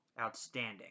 outstanding